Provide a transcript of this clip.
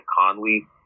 Conley